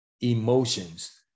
emotions